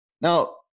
Now